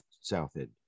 Southend